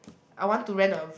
I want to rent a